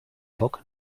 bok